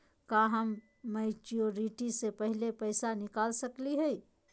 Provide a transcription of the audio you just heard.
का हम मैच्योरिटी से पहले पैसा निकाल सकली हई?